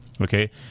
Okay